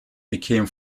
became